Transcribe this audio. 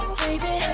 baby